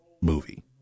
movie